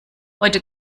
heute